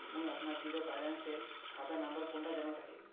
मुई अपना zero balance सेल खाता नंबर कुंडा जानवा चाहची?